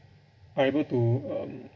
are able to um